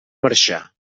marxar